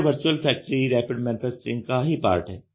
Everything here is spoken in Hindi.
तो यह वर्चुअल फैक्ट्री रैपिड मैन्युफैक्चरिंग का ही पार्ट है